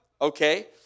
okay